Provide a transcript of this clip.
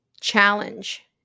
Challenge